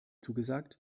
zugesagt